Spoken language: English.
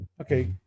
okay